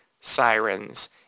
sirens